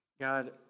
God